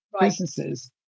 businesses